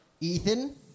Ethan